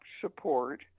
support